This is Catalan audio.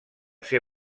ser